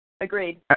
Agreed